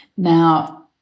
Now